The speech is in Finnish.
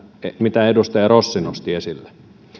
mitä edustaja rossi nosti esille